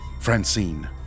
Francine